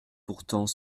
pourtant